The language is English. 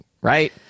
right